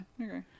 okay